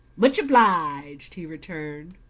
much obliged, he returned.